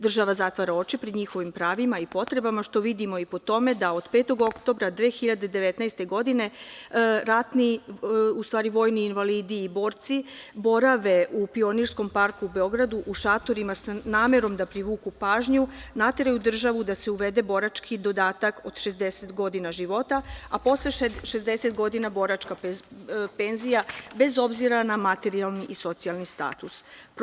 Država zatvara oči pred njihovim pravima i potrebama što vidimo i po tome da od 5. oktobra 2019. godine vojni invalidi i borci borave u Pionirskom parku u Beogradu, u šatorima sa namerom da privuku pažnju, nateraju državu da se uvede borački dodatak od 60 godina života, a posle 60 godina penzija bez obzira na materijalni i socijalni status.